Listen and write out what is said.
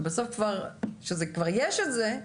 ובסוף כשכבר יש את זה,